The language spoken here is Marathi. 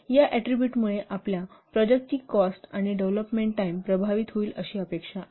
या ऍट्रीबुटमुळे आपल्या प्रॉडक्टची कॉस्ट आणि डेव्हलोपमेंट टाईम प्रभावित होईल अशी अपेक्षा आहे